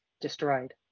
destroyed